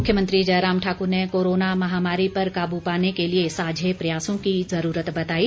मुख्यमंत्री जयराम ठाकुर ने कोरोना महामारी पर काबू पाने के लिए सांझे प्रयासों की जरूरत बताई